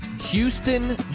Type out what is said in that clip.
Houston